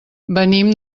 venim